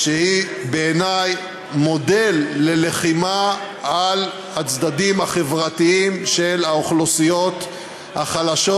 שהיא בעיני מודל ללחימה על הצדדים החברתיים של האוכלוסיות החלשות.